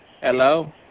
Hello